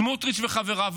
סמוטריץ' וחבריו,